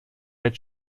als